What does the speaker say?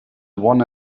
one